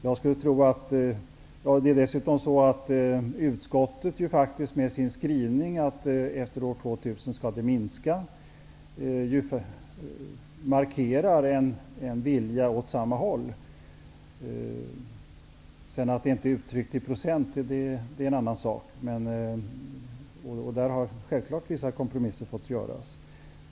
Utskottet markerar dessutom med sin skrivning om att utsläppen efter 2000 skall minska en vilja åt det hållet. Att det sedan inte är uttryckt i procent är en annan sak. Där har självfallet vissa komprosmisser fått göras.